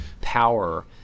power